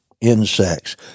insects